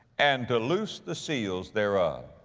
and to loose the seals thereof?